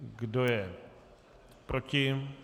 Kdo je proti?